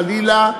חלילה,